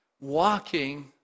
walking